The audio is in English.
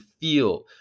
feel